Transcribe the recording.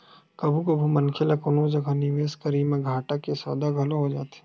कभू कभू मनखे ल कोनो जगा निवेस करई म घाटा के सौदा घलो हो जाथे